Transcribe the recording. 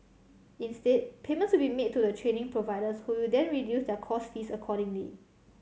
instead payments will be made to the training providers who will then reduce their course fees accordingly